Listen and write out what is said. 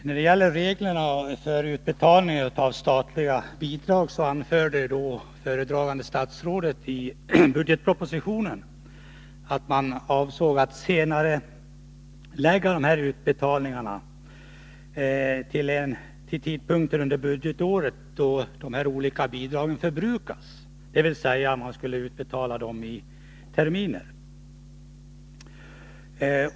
När det gäller reglerna för utbetalning av statliga bidrag anför föredragande statsrådet i budgetpropositionen att man avser att senarelägga dessa utbetalningar till den tidpunkt under budgetåret då de olika bidragen förbrukas, dvs. man skulle utbetala dem i terminer.